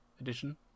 edition